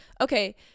Okay